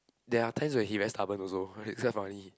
there are times when he very stubborn also it's that funny